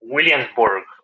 Williamsburg